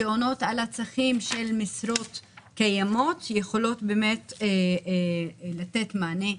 שעונות על הצרכים של משרות קיימות יכולות באמת לתת מענה,